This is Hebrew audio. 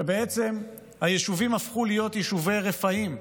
שבעצם היישובים הפכו להיות יישובי רפאים,